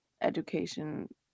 education